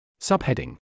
Subheading